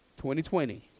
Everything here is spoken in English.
2020